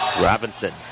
Robinson